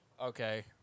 Okay